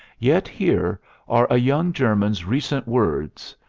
yet here are a young german's recent words.